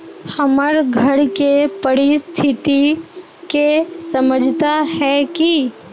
हमर घर के परिस्थिति के समझता है की?